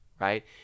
right